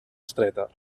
estreta